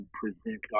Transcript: present